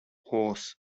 hoarse